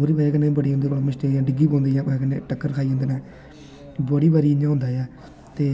ओह्दी बजह कन्नै बाइक्स डिग्गी पौंदियां न जां टक्कर मारी जंदे न बड़ी बारी इंया होंदा ऐ ते